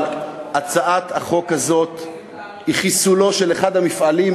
אבל הצעת החוק הזאת היא חיסולו של אחד המפעלים,